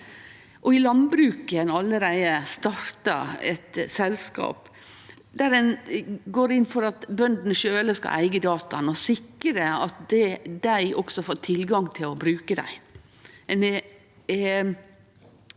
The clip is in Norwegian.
I landbruket har ein allereie starta eit selskap der ein går inn for at bøndene sjølv skal eige dataa, og sikre at dei også får tilgang til å bruke dei.